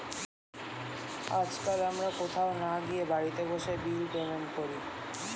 আজকাল আমরা কোথাও না গিয়ে বাড়িতে বসে বিল পেমেন্ট করি